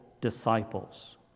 disciples